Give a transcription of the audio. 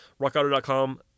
Rockauto.com